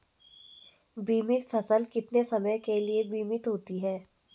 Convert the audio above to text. बीमित फसल कितने समय के लिए बीमित होती है?